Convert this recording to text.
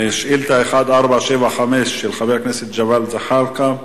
שאילתא 1475, של חבר הכנסת זחאלקה.